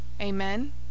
Amen